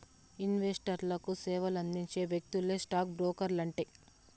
ఇన్వెస్టర్లకు సేవలందించే వ్యక్తులే స్టాక్ బ్రోకర్లంటే